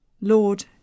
Lord